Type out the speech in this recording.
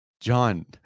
John